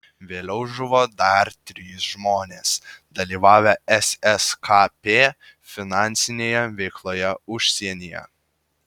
vėliau žuvo dar trys žmonės dalyvavę sskp finansinėje veikloje užsienyje